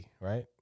Right